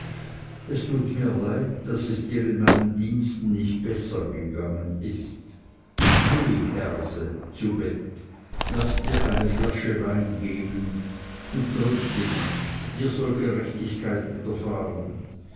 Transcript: es tut mir leid daß es dir in meinen diensten nicht besser ergangen ist geh herse geh zu bett laß dir eine flasche wein geben und tröste dich dir soll gerechtigkeit widerfahren